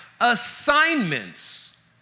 assignments